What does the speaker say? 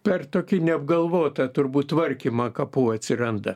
per tokį neapgalvotą turbūt tvarkymą kapų atsiranda